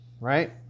right